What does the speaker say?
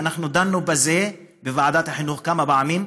ואנחנו דנו בזה בוועדת החינוך כמה פעמים.